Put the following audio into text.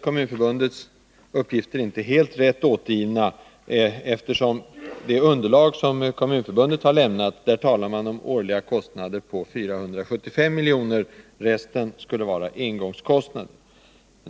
Kommunförbundets uppgifter är inte helt rätt återgivna eftersom man i det underlag som Kommunförbundet har lämnat talar om årliga kostnader på 475 milj.kr. — resten skulle vara engångskostnader.